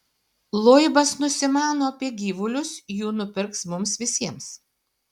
loibas nusimano apie gyvulius jų nupirks mums visiems